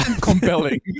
compelling